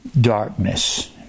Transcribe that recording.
darkness